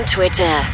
Twitter